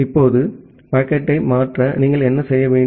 இப்போது பாக்கெட்டை மாற்ற நீங்கள் என்ன செய்ய வேண்டும்